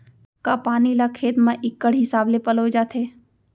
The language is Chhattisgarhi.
का पानी ला खेत म इक्कड़ हिसाब से पलोय जाथे?